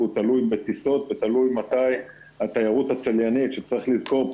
והוא תלוי בטיסות ותלוי במתי התיירות הצליינית שצריך לזכור,